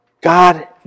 God